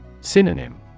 Synonym